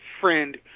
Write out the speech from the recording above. friend